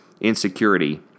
insecurity